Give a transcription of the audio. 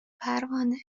پروانه